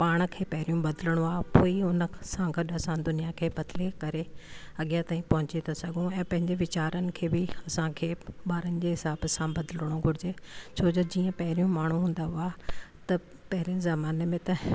त पाण खे पहिरियों बदिलणो आहे ऐं पोइ ई हुन सां गॾु असां दुनिया खे बदिले करे अॻियां ताईं पहुची था सघूं ऐं पंहिंजे वीचारनि खे बि असां खे ॿारनि जे हिसाब सां बदिलणो घुरिजे छोजो जीअं पहिरियों माण्हू हूंदा हुआ त पहिरियों ज़माने में त